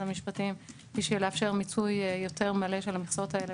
המשפטים בשביל לאפשר מיצוי יותר מלא של המכסות האלה,